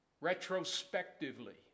retrospectively